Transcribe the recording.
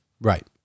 Right